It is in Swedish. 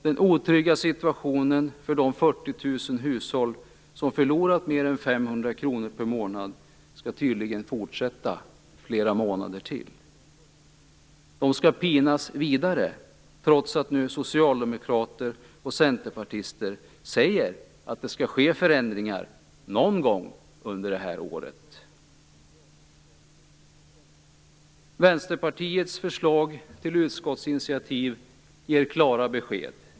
Den otrygga situationen för de 40 000 hushåll som har förlorat mer än 500 kr per månad skall tydligen fortsätta flera månader till. De skall pinas vidare, trots att nu socialdemokrater och centerpartister säger att det skall ske förändringar någon gång under detta år. Vänsterpartiets förslag till utskottsinitiativ ger klara besked.